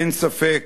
אין ספק